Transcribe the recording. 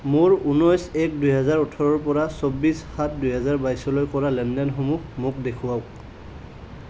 মোৰ উনৈছ এক দুহেজাৰ ওঠৰৰ পৰা চৌব্বিছ সাত দুহেজাৰ বাইছলৈ কৰা লেনদেনসমূহ মোক দেখুৱাওক